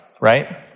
right